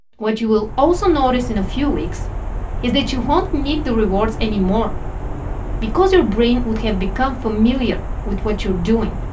what you will also notice in a few weeks is that you won't need the rewards anymore because your brain would have become familiar with what you're doing.